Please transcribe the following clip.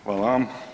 Hvala vam.